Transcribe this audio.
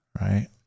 right